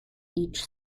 each